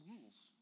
rules